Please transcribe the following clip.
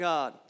God